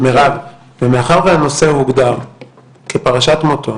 מאחר שהנושא הוגדר כפרשת מותו,